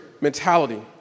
mentality